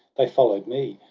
they follow'd me,